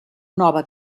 nova